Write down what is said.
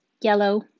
Yellow